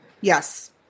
Yes